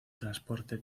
transporte